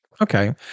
Okay